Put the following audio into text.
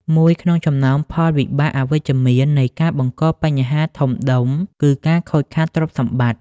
មួយក្នុងចំណោមផលវិបាកអវិជ្ជមាននៃការបង្កបញ្ហាធំដុំ គឺការខូចខាតទ្រព្យសម្បត្តិ។